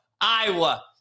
Iowa